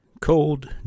Cold